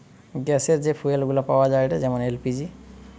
গ্যাসের যে ফুয়েল গুলা পাওয়া যায়েটে যেমন এল.পি.জি